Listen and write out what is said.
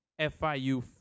FIU